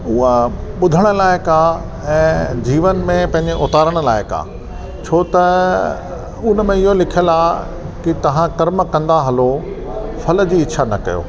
उहा ॿुधणु लाइक़ु आहे ऐं जीवन में पंहिंजे उतारणु लाइक़ु आहे छो त उन में इहो लिखियलु आहे कि तव्हां कर्म कंदा हलो फल जी इच्छा न कयो